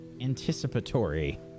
anticipatory